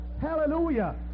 Hallelujah